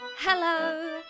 Hello